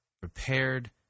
prepared